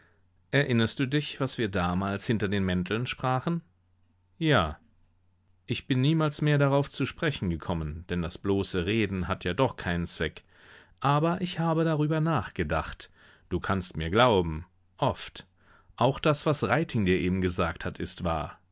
erinnerst du dich was wir damals hinter den mänteln sprachen ja ich bin niemals mehr darauf zu sprechen gekommen denn das bloße reden hat ja doch keinen zweck aber ich habe darüber nachgedacht du kannst mir glauben oft auch das was reiting dir eben gesagt hat ist wahr